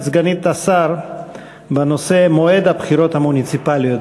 סגנית השר בנושא: מועד הבחירות המוניציפליות.